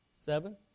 Seven